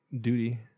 duty